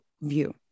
view